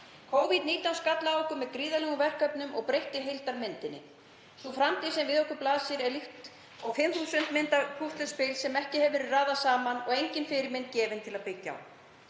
Covid-19 skall á okkur með gríðarlegum verkefnum og breytti heildarmyndinni. Sú framtíð sem við okkur blasir er líkt og 5.000 kubba púsluspil sem ekki hefur verið raðað saman og engin fyrirmynd gefin til að byggja á.